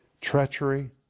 treachery